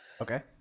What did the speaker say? Okay